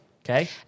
Okay